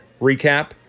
Recap